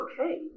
okay